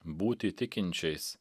būti tikinčiais